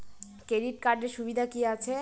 Credit কার্ডের সুবিধা কি আছে?